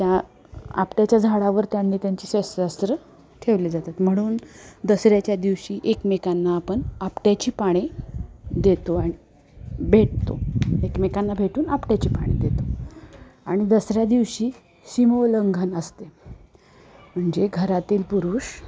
त्या आपट्याच्या झाडावर त्यांनी त्यांची शस्त्रास्त्र ठेवले जातात म्हणून दसऱ्याच्या दिवशी एकमेकांना आपण आपट्याची पाने देतो आणि भेटतो एकमेकांना भेटून आपट्याची पाने देतो आणि दसऱ्या दिवशी सिमोल्लंघन असते म्हणजे घरातील पुरुष